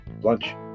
lunch